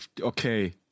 Okay